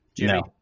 No